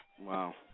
Wow